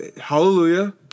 hallelujah